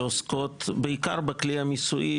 שעוסקות בעיקר בכלי המיסוי,